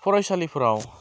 फरायसालिफोराव